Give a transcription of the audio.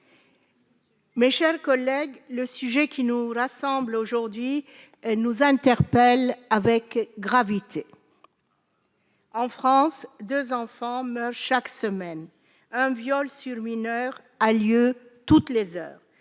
Mes chers collègues, le sujet qui nous rassemble aujourd'hui elle nous interpelle avec gravité en France 2 enfants meurent chaque semaine un viol sur mineur a lieu toutes les heures,